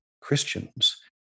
Christians